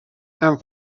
and